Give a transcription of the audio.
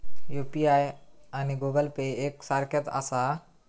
UPI आणि Google Pay एक सारख्याच आसा?